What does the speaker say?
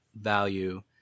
value